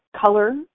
color